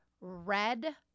red